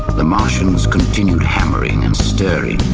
the martians continued hammering and stirring,